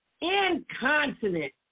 incontinent